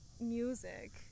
music